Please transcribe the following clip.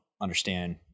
understand